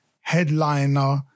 headliner